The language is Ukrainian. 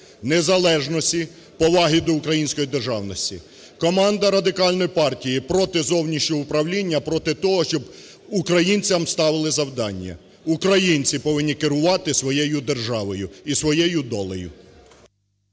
незалежності, поваги до української державності. Команда Радикальної партії проти зовнішнього управління, проти того, щоб українцям ставили завдання. Українці повинні керувати своєю державою і своєю долею!